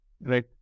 Right